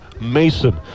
Mason